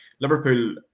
Liverpool